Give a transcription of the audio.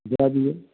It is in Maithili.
दए दियौ